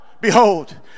behold